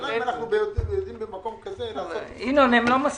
השאלה אם אנחנו יודעים במקום כזה לעשות --- הם לא מסכימים.